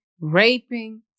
raping